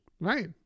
Right